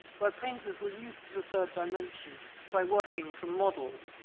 where painters were used to the third dimension by working from models,